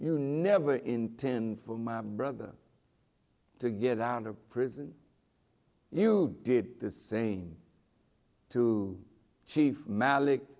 you never intend for my brother to get out of prison you did the same to chief malik